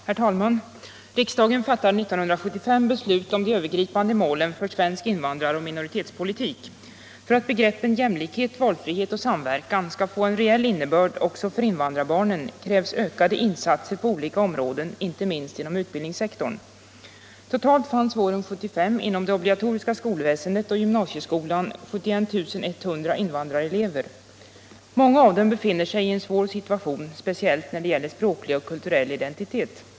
Herr talman! Riksdagen fattade 1975 beslut om de övergripande målen för svensk invandraroch minoritetspolitik. För att begreppen jämlikhet, valfrihet och samverkan skall få en reell innebörd också för invandrarbarnen krävs ökade insatser på olika områden, inte minst inom utbildningssektorn. Totalt fanns våren 1975 inom det obligatoriska skolväsendet och gymnasieskolan 71 100 invandrarelever. Många av dem befinner sig i en svår situation, speciellt när det gäller språklig och kulturell identitet.